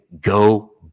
Go